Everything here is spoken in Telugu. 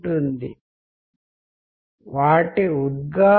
ఉదాహరణకి మీరు నవ్వుతున్నారు గానీ సంతోషంగా లేరు ఇక్కడ రెండు ఛానెల్లు ఉన్నాయి